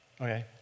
Okay